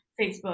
Facebook